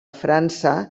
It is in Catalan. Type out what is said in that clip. frança